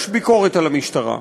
יש ביקורת על המשטרה.